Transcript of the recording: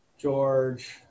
George